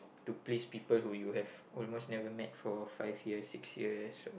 to please people who you have almost never met for five years six years so